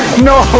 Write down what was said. no!